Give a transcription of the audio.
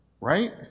Right